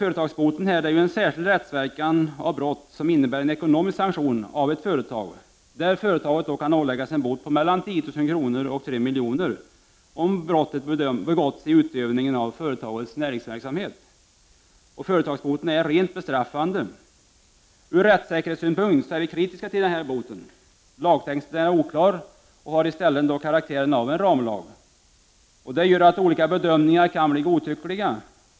Företagsboten är ju en särskild rättsverkan av brott som innebär en ekonomisk sanktion av ett företag, där företaget kan åläggas en bot på mellan 10 000 kr. och 3 milj.kr. om brottet begåtts i utövningen av företagets näringsverksamhet. Företagsboten är rent bestraffande. Ur rättssäkerhetssynpunkt är vi kritiska till den här boten. Lagtexten är oklar och har i stället karaktären av en ramlag. Det gör att olika bedömningar kan bli godtyckliga.